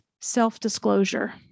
self-disclosure